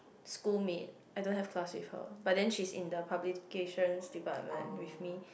schoolmate I don't have class with her but then she's in the publications department with me